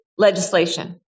legislation